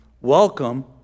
Welcome